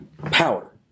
power